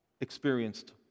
experienced